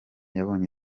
yabonye